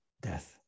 death